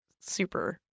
super